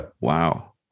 Wow